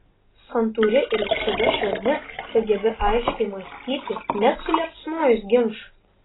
santūri ir visada švelni tu gebi aiškiai mąstyti net suliepsnojus ginčui